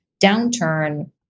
downturn